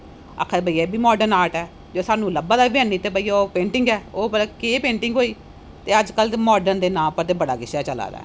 आक्खदा भैया ऐ बी मार्डन आर्ट ऐ जेहड़ा सानू लब्भा दा बी है नी ते भाई ओह् पैटिंग ऐओह् भला केह् पैटिंग होई ते अजकल दे मार्डन दे नां उप्पर ते बड़ा किश ऐ चला दा ऐ